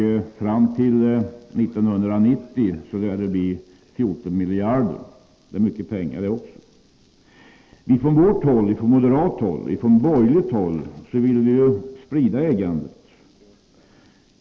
Fram till 1990 lär det bli 14 miljarder! Från moderat håll och från borgerligt håll vill vi sprida ägandet.